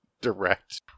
direct